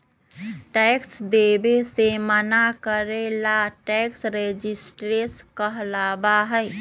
tax देवे से मना करे ला टैक्स रेजिस्टेंस कहलाबा हई